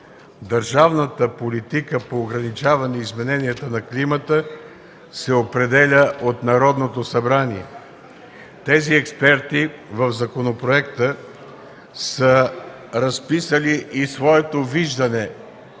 държавната политика по ограничаване измененията на климата се определя от Народното събрание. В законопроекта експертите са разписали своето виждане